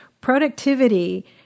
productivity